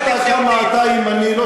הוכחת כמה אתה ימני,